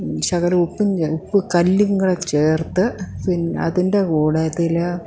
ശകലം ഉപ്പും ഉപ്പ് കല്ലും കൂടെ ചേർത്തു പിന്നെ അതിൻ്റെ കൂട്ടത്തിൽ